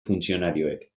funtzionarioek